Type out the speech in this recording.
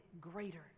greater